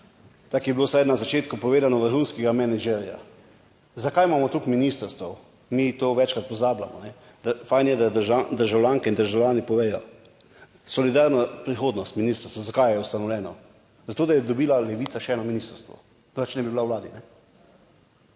tako je bilo vsaj na začetku povedano, vrhunskega menedžerja. Zakaj imamo toliko ministrstev, mi to večkrat pozabljamo, da, fajn je, da državljanke in državljani povedo, solidarno prihodnost ministrstva, zakaj je ustanovljen? Zato, da je dobila Levica še eno ministrstvo, drugače ne bi bila v vladi.